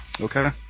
Okay